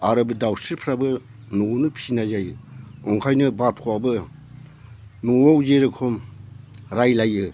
आरो बे दाउस्रिफ्राबो न'आवनो फिनाय जायो ओंखायनो बाथ'आबो न'आव जि रखम रायज्लायो